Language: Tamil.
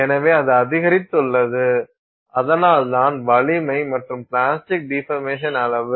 எனவே அது அதிகரித்துள்ளது அதனால் தான் வலிமை மற்றும் பிளாஸ்டிக் டீபர்மேஷன் அளவு